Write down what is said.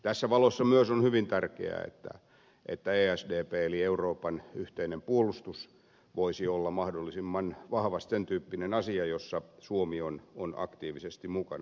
tässä valossa myös on hyvin tärkeää että esdp eli euroopan yhteinen puolustus voisi olla mahdollisimman vahvasti sen tyyppinen asia jossa suomi on aktiivisesti mukana